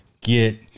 get